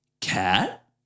cat